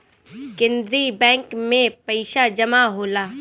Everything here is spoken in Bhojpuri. केंद्रीय बैंक में पइसा जमा होला